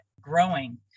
growing